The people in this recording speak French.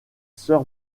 sœur